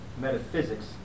metaphysics